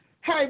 hey